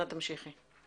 אנא תמשיכי.